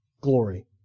glory